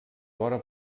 vora